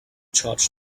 charge